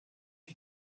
die